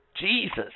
Jesus